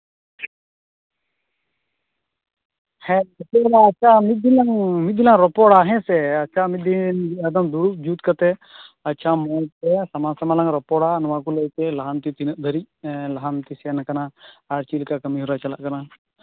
ᱦᱮᱸ ᱟᱠᱤᱞ ᱢᱟᱨᱥᱟᱞ ᱢᱤᱫ ᱫᱤᱱ ᱞᱟᱝ ᱨᱚᱯᱚᱲᱟ ᱦᱮᱸᱥᱮ ᱟᱪᱪᱷᱟ ᱢᱤᱫ ᱫᱤᱱ ᱫᱩᱲᱩᱯ ᱡᱩᱛ ᱠᱟᱛᱮᱫ ᱟᱪᱪᱷᱟ ᱱᱚᱝᱠᱟ ᱥᱟᱢᱟᱝᱼᱥᱟᱢᱟᱝ ᱞᱟᱝ ᱨᱚᱯᱚᱲᱟ ᱱᱚᱶᱟ ᱠᱚ ᱞᱟᱹᱭᱛᱮ ᱞᱟᱦᱟᱱᱛᱤ ᱛᱤᱱᱟᱹᱜ ᱫᱷᱟᱨᱤᱡ ᱮᱸ ᱞᱟᱦᱟᱱᱛᱤ ᱥᱮᱱ ᱟᱠᱟᱱᱟ ᱟᱨ ᱪᱮᱫᱞᱮᱠᱟ ᱠᱟᱹᱢᱤᱦᱚᱨᱟ ᱪᱟᱞᱟᱜ ᱠᱟᱱᱟ